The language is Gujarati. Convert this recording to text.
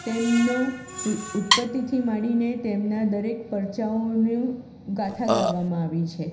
તેમનો ઉત્પત્તિથી માંડીને તેમનાં દરેક પરચાઓનું ગાથા ગાવામાં આવી છે